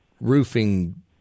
roofing